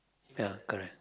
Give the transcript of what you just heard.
ya correct